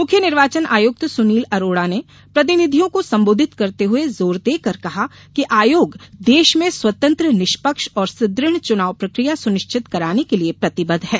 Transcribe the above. मुख्य निर्वाचन आयुक्त सुनील अरोड़ा ने प्रतिनिधियों को संबोधित करते हुए जोर देकर कहा कि आयोग देश में स्वतंत्र निष्पक्ष और सुदृढ़ चुनाव प्रक्रिया सुनिश्चित कराने के लिए प्रतिबद्ध है